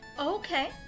Okay